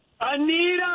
Anita